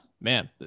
man